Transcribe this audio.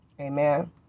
amen